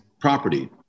property